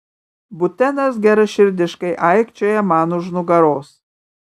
butenas geraširdiškai aikčioja man už nugaros